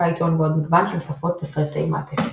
פייתון ועוד מגוון של שפות תסריטי מעטפת.